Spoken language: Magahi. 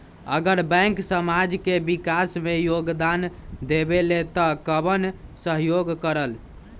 अगर बैंक समाज के विकास मे योगदान देबले त कबन सहयोग करल?